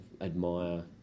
admire